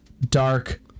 Dark